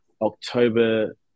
October